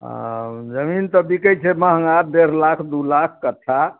आओर जमीन तऽ बिकै छै महङ्गा डेढ़ लाख दू लाख कट्ठा